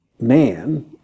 Man